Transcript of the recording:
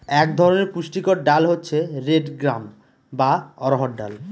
এক ধরনের পুষ্টিকর ডাল হচ্ছে রেড গ্রাম বা অড়হর ডাল